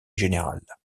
générale